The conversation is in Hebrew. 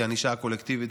כי ענישה קולקטיבית,